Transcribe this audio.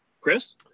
Chris